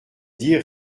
dire